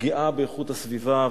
פגיעה באיכות הסביבה,